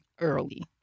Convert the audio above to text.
Early